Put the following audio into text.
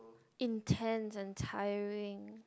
intense and tiring